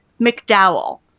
McDowell